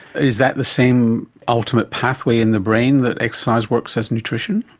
is that the same ultimate pathway in the brain that exercise works as nutrition?